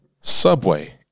Subway